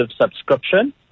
subscription